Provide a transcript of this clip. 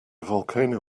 volcano